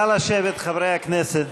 נא לשבת, חברי הכנסת.